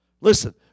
listen